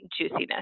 juiciness